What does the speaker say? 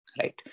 right